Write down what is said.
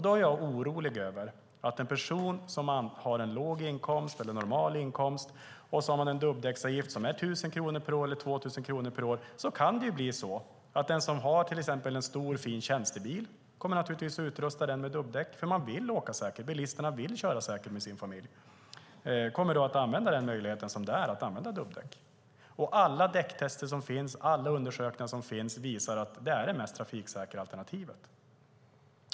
Då är jag orolig för personer som har en låg inkomst eller en normal inkomst. Man har då en dubbdäcksavgift som är 1 000 kronor per år eller 2 000 kronor per år. Den som till exempel har en stor och fin tjänstebil kommer naturligtvis att utrusta den med dubbdäck, för man vill åka säkert. Bilisterna vill köra säkert med sin familj och kommer då att använda den möjligheten att använda dubbdäck. Alla däcktester som finns och alla undersökningar som finns visar att det är det mest trafiksäkra alternativet.